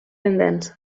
pendents